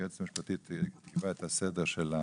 היועצת המשפטית תקבע את הסדר,